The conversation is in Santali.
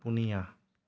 ᱯᱩᱱᱤᱭᱟ